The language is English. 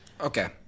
Okay